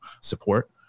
support